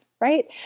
right